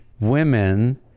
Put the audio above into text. women